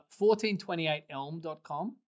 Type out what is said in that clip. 1428elm.com